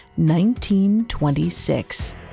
1926